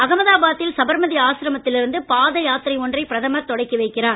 அகமதாபாத்தில் சபர்மதி ஆசிரமத்தில் இருந்து பாதை யாத்திரை ஒன்றை பிரதமர் தொடக்கி வைக்கிறார்